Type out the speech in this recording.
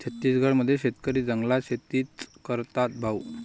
छत्तीसगड मध्ये शेतकरी जंगलात शेतीच करतात भाऊ